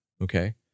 okay